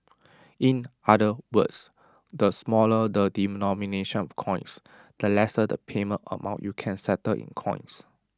in other words the smaller the denomination of coins the lesser the payment amount you can settle in coins